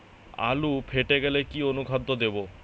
আলু ফেটে গেলে কি অনুখাদ্য দেবো?